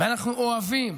ואנחנו אוהבים,